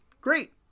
great